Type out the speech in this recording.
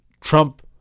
Trump